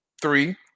three